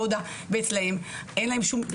דודה והם גרים איתם.